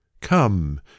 come